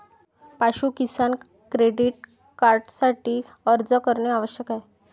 पाशु किसान क्रेडिट कार्डसाठी अर्ज करणे आवश्यक आहे